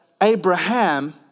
Abraham